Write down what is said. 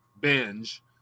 binge